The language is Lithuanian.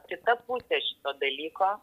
kita pusė šito dalyko